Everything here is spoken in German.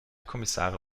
kommissare